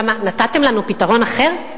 למה, נתתם לנו פתרון אחר?